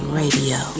radio